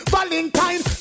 Valentine